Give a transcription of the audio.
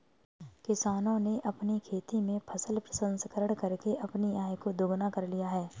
किसानों ने अपनी खेती में फसल प्रसंस्करण करके अपनी आय को दुगना कर लिया है